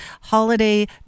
holiday